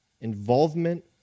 involvement